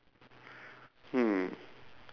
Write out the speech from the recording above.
hmm